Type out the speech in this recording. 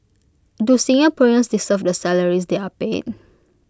do Singaporeans deserve the salaries they are paid